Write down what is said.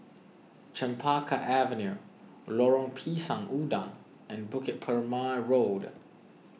Chempaka Avenue Lorong Pisang Udang and Bukit Purmei Road